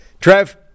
Trev